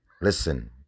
Listen